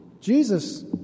Jesus